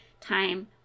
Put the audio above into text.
time